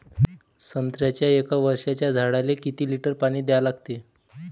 संत्र्याच्या एक वर्षाच्या झाडाले किती लिटर पाणी द्या लागते?